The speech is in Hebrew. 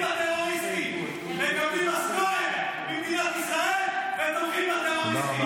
בטרוריסטים ומקבלים משכורת ממדינת ישראל ותומכים בטרוריסטים.